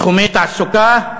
בתחומי תעסוקה,